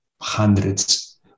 hundreds